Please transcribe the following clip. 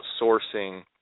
outsourcing